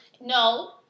No